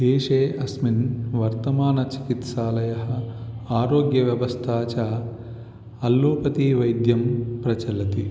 देशे अस्मिन् वर्तमानचिकित्सालयः आरोग्यव्यवस्था च अल्लोपति वैद्यं प्रचलति